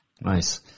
Nice